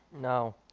No